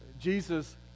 Jesus